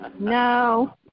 No